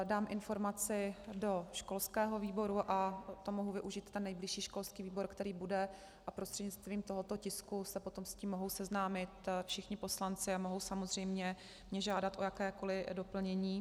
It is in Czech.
Dám informaci do školského výboru a mohu využít ten nejbližší školský výbor, který bude, a prostřednictvím tohoto tisku se potom s tím mohou seznámit všichni poslanci a mohou mě samozřejmě žádat o jakékoli doplnění.